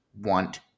want